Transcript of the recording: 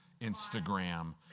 Instagram